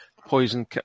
Poison